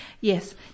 Yes